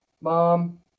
Mom